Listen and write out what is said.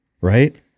right